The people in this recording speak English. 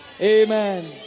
Amen